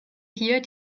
hier